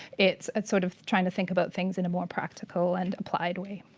it's it's sort of trying to think about things in a more practical and applied way.